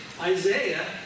Isaiah